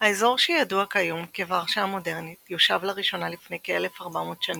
האזור שידוע כיום כוורשה המודרנית יושב לראשונה לפני כ-1,400 שנים,